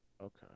Okay